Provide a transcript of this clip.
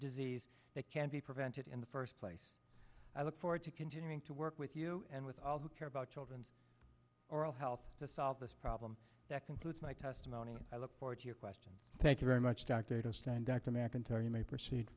disease that can be prevented in the first place i look forward to continuing to work with you and with all who care about children or i'll help to solve this problem that concludes my testimony i look forward to your question thank you very much dr